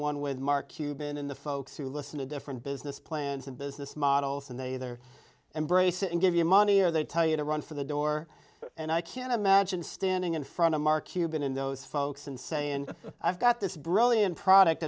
one with mark cuban and the folks who listen to different business plans and business models and they either embrace it and give you money or they tell you to run for the door and i can imagine standing in front of mark cuban in those folks and saying i've got this brilliant product